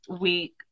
week